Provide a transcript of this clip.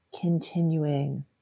continuing